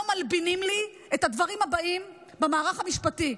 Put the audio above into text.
מלבינים לי את הדברים הבאים במערך המשפטי.